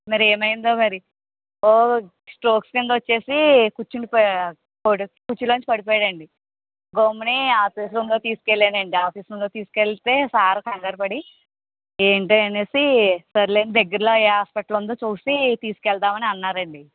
మరి ఏమైందో మరి స్ట్రోక్స్ కింద వచ్చేసి కూర్చిండి పోయాడు కుర్చీ లోంచి పడిపోయాడండి గమ్ముని ఆఫీసు రూమ్ లోకి తీసుకు వెళ్ళానండీ ఆఫీసు రూమ్ లోకి తీసుకెళ్తే సార్ కంగారుపడి ఏంటి అనేసి సర్లే దగ్గరలో ఏ హాస్పిటల్ ఉందో చూసి తీసుకు వెళదాం అని అన్నారండి